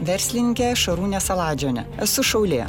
verslininkė šarūnė saladžiuonė esu šaulė